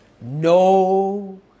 no